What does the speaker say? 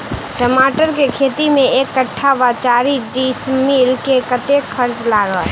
टमाटर केँ खेती मे एक कट्ठा वा चारि डीसमील मे कतेक खर्च लागत?